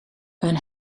een